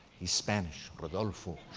he's spanish, rodolfo,